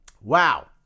Wow